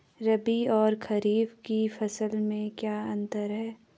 रबी और खरीफ की फसल में क्या अंतर है?